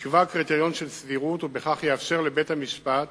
יקבע קריטריון של סבירות, ובכך יאפשר לבית-המשפט